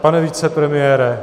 Pane vicepremiére.